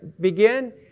begin